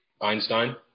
Einstein